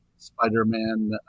Spider-Man